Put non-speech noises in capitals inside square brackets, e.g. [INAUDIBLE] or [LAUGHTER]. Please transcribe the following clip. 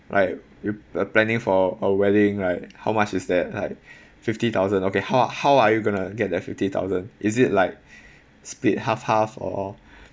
like you planning for a wedding like how much is that like [BREATH] fifty thousand okay how how are you going to get that fifty thousand is it like [BREATH] split half half or [BREATH]